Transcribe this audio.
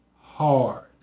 hard